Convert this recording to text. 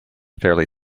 fairly